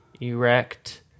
Erect